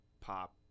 pop